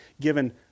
given